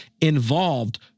involved